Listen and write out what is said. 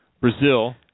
Brazil